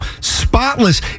spotless